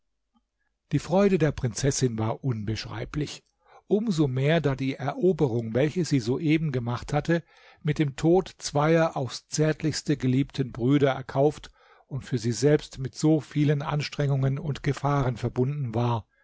die freude der prinzessin war unbeschreiblich um so mehr da die eroberung welche sie soeben gemacht hatte mit dem tod zweier aufs zärtlichste geliebten brüder erkauft und für sie selbst mit so vielen anstrengungen und gefahren verbunden war